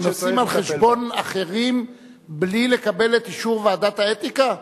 הם נוסעים על חשבון אחרים בלי לקבל את אישור ועדת האתיקה?